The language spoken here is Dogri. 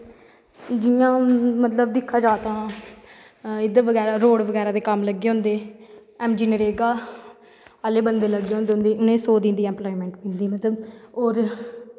जियां मतलव दिक्खेआ जा तां इध्दर रोड बगैरा दे कम्म लग्गे दे होंदे ऐम जी नरेगा आह्ले बंदे लग्गे दे होंदे उनेंगी सोरस दिंदी गौरमैंट और